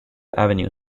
avenue